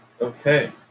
Okay